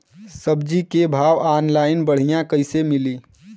सब्जी के भाव ऑनलाइन बढ़ियां कइसे मिली?